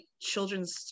children's